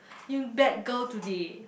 you bad girl today